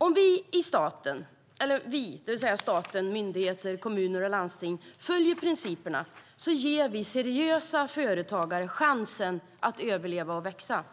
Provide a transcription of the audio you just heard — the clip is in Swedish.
Om vi - staten, kommuner, myndigheter och landsting - följer principerna ger vi seriösa företagare chansen att överleva och växa.